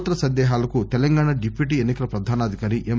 శ్రోతల సందేహాలకు తెలంగాణ డిప్యూటీ ఎన్పికల ప్రధానాధికారి ఎం